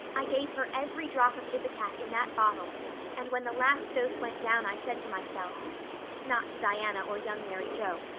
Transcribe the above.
i gave her every drop of ipecac in that bottle and when the last dose went down i said to myself not to diana or young mary joe,